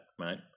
right